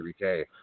3K